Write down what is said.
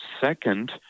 second